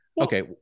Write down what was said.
Okay